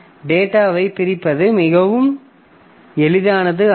டேட்டாவைப் பிரிப்பது மிகவும் எளிதானது அல்ல